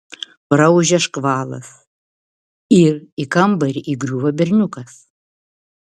praūžia škvalas ir į kambarį įgriūva berniukas